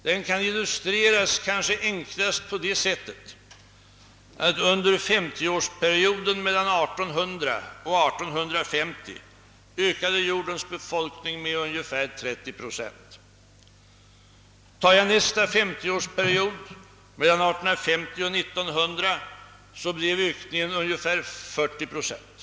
Den kan kanske enklast illustreras med att ange befolkningsökningen under 50 årsperioder. Under perioden 1800—1850 ökades jordens befolkning med 30 procent. Under nästa 50-årsperiod, 1850— 1900, blev ökningen ungefär 40 procent.